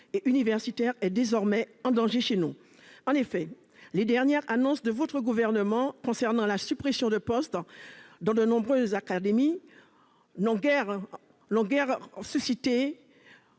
et universitaire y est désormais en danger, et les dernières annonces de votre gouvernement concernant la suppression de postes dans de nombreuses académies ont suscité